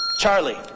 Charlie